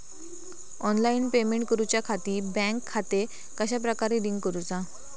Online payment करुच्याखाती bank खाते कश्या प्रकारे लिंक करुचा?